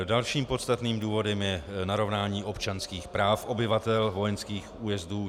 Dalším podstatným důvodem je narovnání občanských práv obyvatel vojenských újezdů.